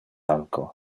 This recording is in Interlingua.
alco